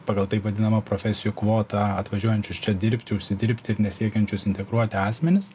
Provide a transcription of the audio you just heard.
pagal taip vadinamą profesijų kvotą atvažiuojančius čia dirbti užsidirbti ir nesiekiančius integruoti asmenis